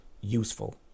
useful